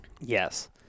Yes